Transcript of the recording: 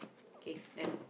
okay then